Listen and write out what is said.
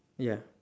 ya